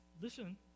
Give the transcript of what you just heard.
Listen